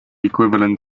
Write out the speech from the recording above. equivalent